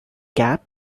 gap